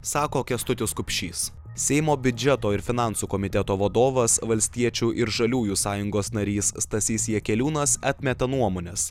sako kęstutis kupšys seimo biudžeto ir finansų komiteto vadovas valstiečių ir žaliųjų sąjungos narys stasys jakeliūnas atmeta nuomones